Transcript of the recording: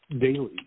daily